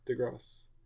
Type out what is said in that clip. DeGrasse